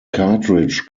cartridge